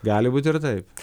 gali būt ir taip